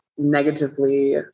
negatively